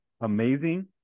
amazing